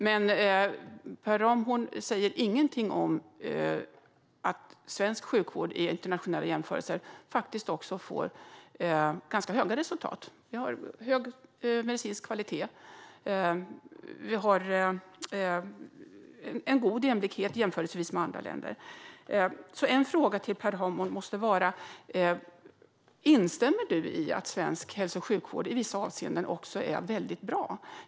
Men Per Ramhorn säger ingenting om att svensk sjukvård i internationella jämförelser faktiskt får ganska höga resultat. Vi har hög medicinsk kvalitet. Vi har en god jämlikhet i jämförelse med andra länder. En fråga till Per Ramhorn måste vara: Instämmer du i att svensk hälso och sjukvård i vissa avseenden också är väldigt bra?